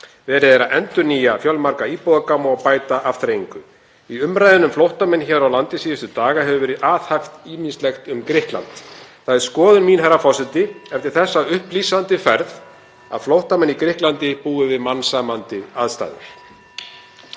Verið er að endurnýja fjölmarga íbúðagáma og bæta afþreyingu. Í umræðunni um flóttamenn hér á landi síðustu daga hefur ýmislegt verið alhæft um Grikkland. Það er skoðun mín, herra forseti, eftir þessa upplýsandi ferð að flóttamenn í Grikklandi búi við mannsæmandi aðstæður.